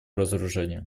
разоружения